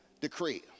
decree